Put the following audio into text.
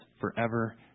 forever